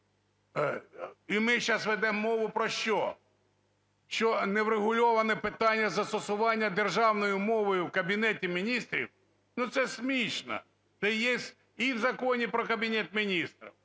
І ми зараз ведемо мову про що – що неврегульоване питання застосування державної мови в Кабінеті Міністрів? Ну, це смішно, це єсть і в Законі про Кабінет Міністрів,